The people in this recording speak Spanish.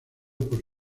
por